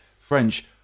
French